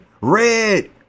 red